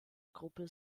gruppe